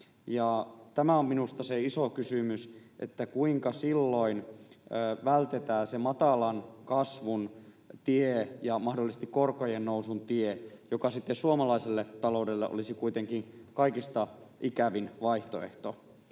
Tämä on minusta se iso kysymys, kuinka silloin vältetään se matalan kasvun tie ja mahdollisesti korkojen nousun tie, joka olisi kuitenkin suomalaiselle taloudelle kaikista ikävin vaihtoehto.